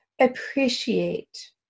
appreciate